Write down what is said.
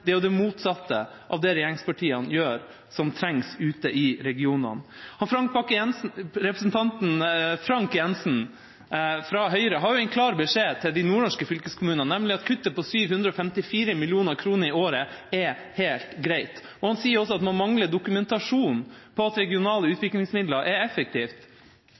det. Det er jo det motsatte av det som regjeringspartiene gjør, som trengs ute i regionene. Representanten Frank J. Jenssen fra Høyre har en klar beskjed til de nordnorske fylkeskommunene, nemlig at kuttet på 754 mill. kr i året er helt greit. Han sier også at man mangler dokumentasjon på at regionale utviklingsmidler er effektivt.